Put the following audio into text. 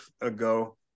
ago